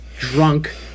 drunk